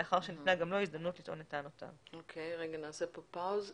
לאחר שניתנה גם לו הזדמנות לטעון את טענותיו." נעשה פה הפסקה.